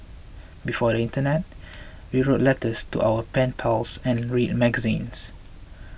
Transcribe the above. a smile can often lift up a weary spirit